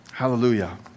hallelujah